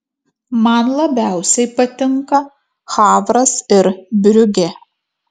man labiausiai patinka havras ir briugė